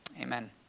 amen